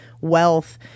wealth